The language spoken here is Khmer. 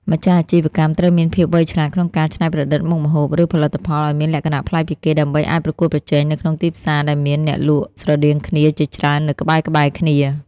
ម្ចាស់អាជីវកម្មត្រូវមានភាពវៃឆ្លាតក្នុងការច្នៃប្រឌិតមុខម្ហូប ឬផលិតផលឱ្យមានលក្ខណៈប្លែកពីគេ ដើម្បីអាចប្រកួតប្រជែងនៅក្នុងទីផ្សារដែលមានអ្នកលក់ស្រដៀងគ្នាជាច្រើននៅក្បែរៗគ្នា។